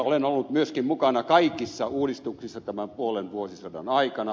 olen ollut myöskin mukana kaikissa uudistuksissa tämän puolen vuosisadan aikana